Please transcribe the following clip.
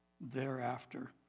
thereafter